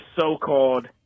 so-called